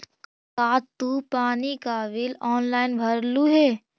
का तू पानी का बिल ऑनलाइन भरलू हे